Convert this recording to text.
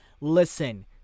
Listen